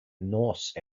norse